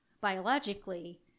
biologically